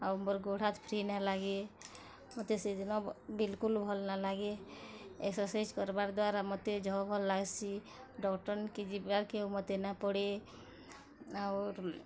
ଆଉ ମୋର୍ ଗୋଡ଼୍ ହାତ୍ ଫ୍ରି ନାଇଁ ଲାଗେ ମୋତେ ସେଦିନ ବିଲକୁଲ୍ ଭଲ୍ ନାଇଁ ଲାଗେ ଏକ୍ସରସାଇଜ୍ କରବାର୍ ଦ୍ଵାରା ମୋତେ ଯହ ଭଲ୍ ଲାଗସି ଡ଼କ୍ଟର ନିକେ ଯିବାର୍ କେ ଆଉ ମୋତେ ନାଇଁ ପଡ଼େ ଆଉର୍